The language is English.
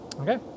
Okay